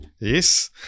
yes